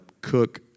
cook